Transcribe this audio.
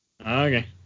Okay